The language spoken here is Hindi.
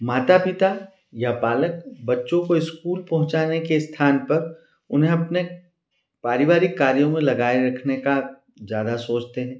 माता पिता या बालक बच्चों को स्कूल पहुँचाने के स्थान पर उन्हें अपने पारिवारिक कार्यों में लगाए रखने का ज़्यादा सोचते हैं